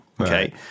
okay